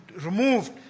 removed